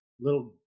little